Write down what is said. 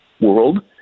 world